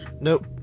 Nope